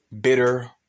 bitter